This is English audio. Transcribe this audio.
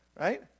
Right